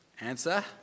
Answer